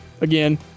again